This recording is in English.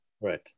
Right